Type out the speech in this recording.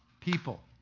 people